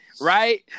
right